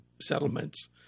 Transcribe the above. settlements